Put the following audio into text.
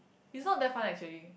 is not that fun actually